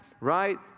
right